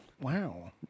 Wow